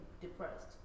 depressed